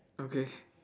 okay